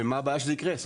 ומה הבעיה שזה יקרה?